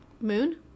Moon